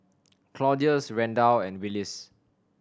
Claudius Randal and Willis